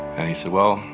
and he said, well,